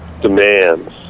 demands